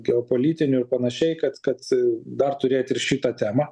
geopolitinių ir panašiai kad kad dar turėt ir šitą temą